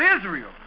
Israel